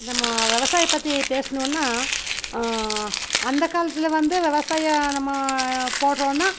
நம்ம விவசாயம் பற்றி பேசுனுன்னா அந்த காலத்தில் வந்து விவசாயம் நம்ம போடுறோன்னா